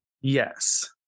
Yes